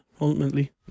ultimately